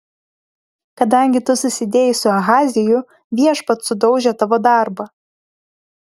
kadangi tu susidėjai su ahaziju viešpats sudaužė tavo darbą